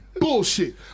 Bullshit